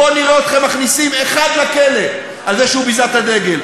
בואו נראה אתכם מכניסים אחד לכלא על זה שהוא ביזה את הדגל.